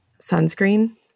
sunscreen